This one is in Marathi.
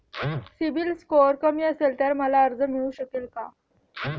सिबिल स्कोअर कमी असेल तर मला कर्ज मिळू शकेल का?